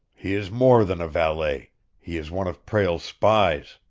he is more than a valet he is one of prale's spies!